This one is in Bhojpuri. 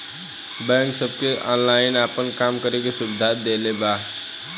बैक सबके ऑनलाइन आपन काम करे के सुविधा देले बा